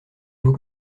vous